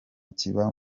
kiba